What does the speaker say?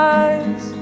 eyes